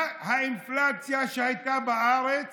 מה האינפלציה שהייתה בארץ